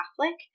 Catholic